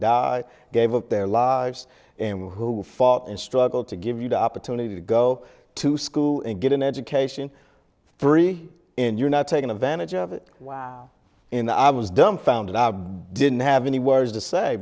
gave up their lives and who fought and struggled to give you the opportunity to go to school and get an education three in you're not taking advantage of it in the i was dumbfounded i didn't have any words to say